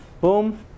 Boom